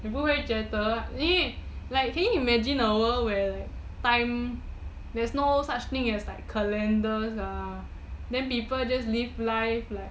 你不会觉得你 like can you imagine a world where time there's no such thing as like calendars lah then people just live life like